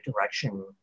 direction